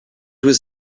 was